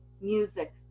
music